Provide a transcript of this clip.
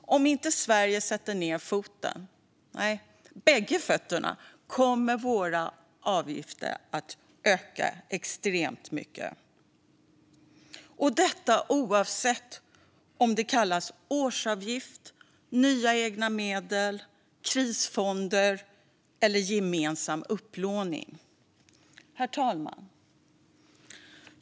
Om inte Sverige sätter ned foten - nej, bägge fötterna - kommer våra avgifter att öka extremt mycket, och detta oavsett om det kallas årsavgift, nya egna medel, krisfonder eller gemensam upplåning. Herr talman!